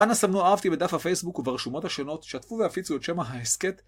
אנא סמנו אהבתי בדף הפייסבוק וברשומות השונות, שתפו והפיצו את שם ההסכת.